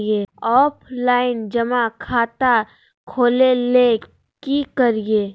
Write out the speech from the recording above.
Offline जमा खाता खोले ले की करिए?